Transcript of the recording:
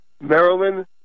Maryland